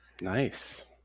Nice